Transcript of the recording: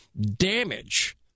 damage